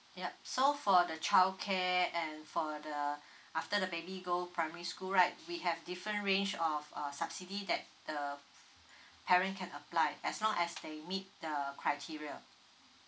yup so for the childcare and for the after the baby go primary school right we have different range of uh subsidy that the parent can apply as long as they meet the criteria